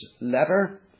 letter